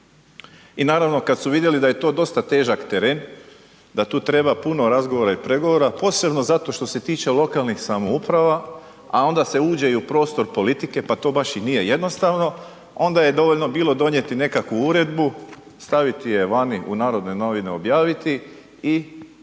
I naravno kad su vidjeli da je to dosta težak teren, da tu treba puno razgovora i pregovora, posebno zato što se tiče lokalnih samouprava, a onda se uđe i u prostor politike pa to baš i nije jednostavno, onda je dovoljno bilo donijeti nekakvu uredbu, staviti je vani u Narodne novine objaviti i